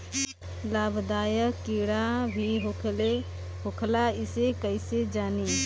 लाभदायक कीड़ा भी होखेला इसे कईसे जानी?